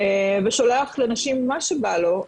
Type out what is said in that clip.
ושולח לנשים מה שבא לו,